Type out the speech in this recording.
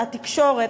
התקשורת,